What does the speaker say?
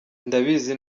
ndabizi